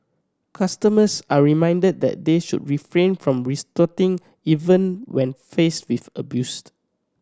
customers are reminded that they should refrain from retorting even when faced with abused